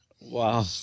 Wow